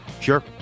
Sure